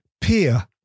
peer